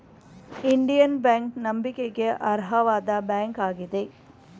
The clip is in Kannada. ಇಂಡಿಯನ್ ಬ್ಯಾಂಕ್ ನಂಬಿಕೆಗೆ ಅರ್ಹವಾದ ಬ್ಯಾಂಕ್ ಆಗಿದೆ